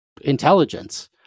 intelligence